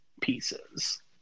pieces